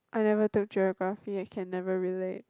I never took Geography I can never relate